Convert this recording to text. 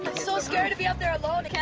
so scary to be out there alone.